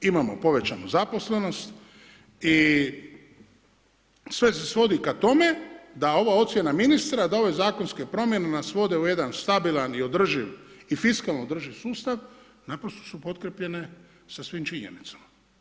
Imamo povećanu zaposlenost i sve se svodi k tome da ova ocjena ministra da ove zakonske promjene nas vode u jedan stabilan i održiv i fiskalno održiv sustav nakon što su potkrijepljene sa svim činjenicama.